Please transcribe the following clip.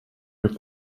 with